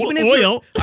Oil